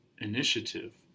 initiative